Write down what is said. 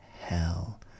hell